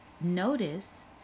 notice